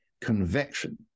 convection